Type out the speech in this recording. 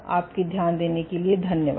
आपके ध्यान देने के लिए धन्यवाद